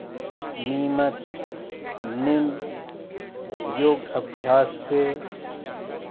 नीमत निम्न योग अभ्यास से